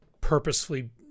purposefully